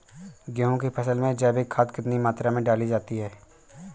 गेहूँ की फसल में जैविक खाद कितनी मात्रा में डाली जाती है?